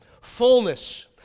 fullness